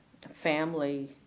family